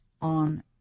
on